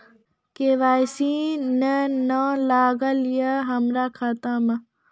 KYC ने न लागल या हमरा खाता मैं?